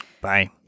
Bye